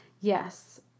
Yes